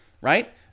right